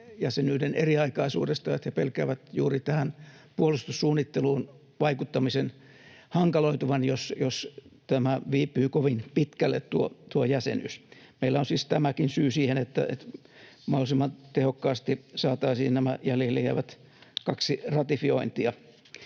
jäsenyyden eriaikaisuudesta, että he pelkäävät juuri puolustussuunnitteluun vaikuttamisen hankaloituvan, jos tuo jäsenyys viipyy kovin pitkälle. Meillä on siis tämäkin syy siihen, että mahdollisimman tehokkaasti saataisiin nämä jäljelle jäävät kaksi ratifiointia.